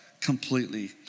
completely